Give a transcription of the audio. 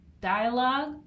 dialogue